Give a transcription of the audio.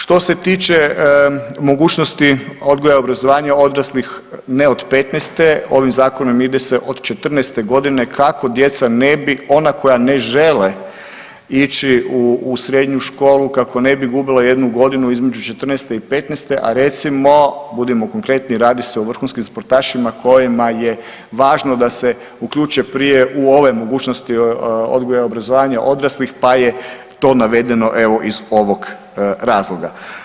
Što se tiče mogućnosti odgoja i obrazovanja odraslih ne od 15-te, ovim zakonom ide se od 14 godine kako djeca ne bi, ona koja ne žele ići u srednju školu, kako ne bi gubila jednu godinu između 14 i 15-te recimo, budimo konkretni radi se o vrhunskim sportašima kojima je važno da se uključe prije u ove mogućnosti odgoja i obrazovanja odraslih, pa je to navedeno evo iz ovog razloga.